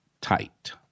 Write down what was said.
tight